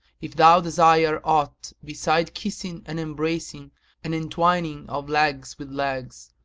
if thou desire aught beside kissing and embracing and entwining of legs with legs,